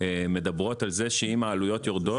מדברות על זה שאם העלויות יורדות,